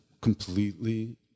completely